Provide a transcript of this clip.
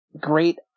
great